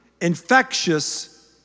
infectious